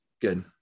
Good